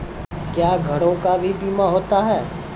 क्या घरों का भी बीमा होता हैं?